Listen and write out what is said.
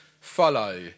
follow